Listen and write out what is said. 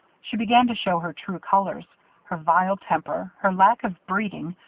she began to show her true colors her vile temper, her lack of breeding,